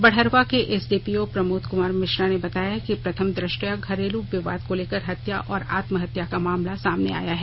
बरहडवा के एसडीपीओ प्रमोद कुमार मिश्रा ने बताया कि प्रथम दृष्टया घरेलू विवाद को लेकर हत्या और आत्महत्या का मामला सामने आया है